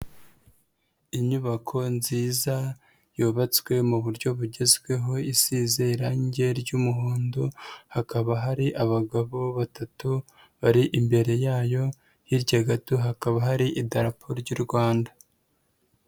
Inyubako nziza yubatswe mu buryo bugezweho, isize irange ry'umuhondo, hakaba hari abagabo batatu bari imbere yayo, hirya gato hakaba hari idarapo ry'u Rwanda.